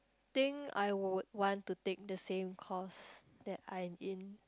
think I would want to take the same course that I am in